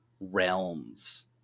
realms